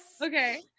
okay